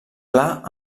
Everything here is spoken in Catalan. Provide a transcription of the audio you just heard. pla